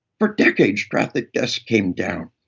for decades, traffic deaths came down.